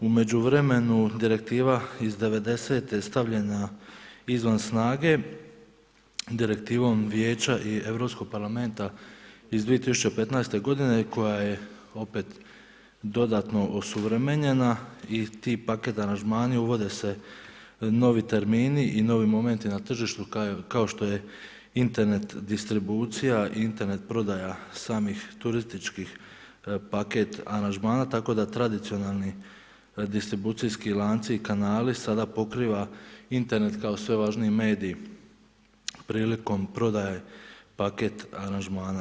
U međuvremenu direktiva iz 90. je stavljena izvan snage direktivom Vijeća o Europskog parlamenta iz 2015. godine koja je opet dodatno osuvremenjena i ti paket aranžmani uvode se novi termini i novi momenti na tržištu kao što je Internet distribucija i Internet prodaja samih turističkih paket aranžmana tako da tradicionalni distribucijski lanci i kanali sada pokriva Internet kao sve važniji medij prilikom prodaje paket aranžmana.